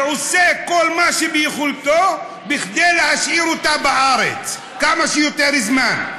ועושה כל מה שביכולתו כדי להשאיר אותה בארץ כמה שיותר זמן.